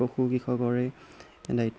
পশু কৃষকৰে